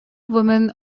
woman